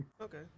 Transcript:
okay